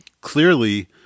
clearly